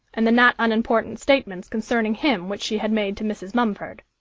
and the not unimportant statements concerning him which she had made to mrs. mumford.